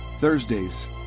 Thursdays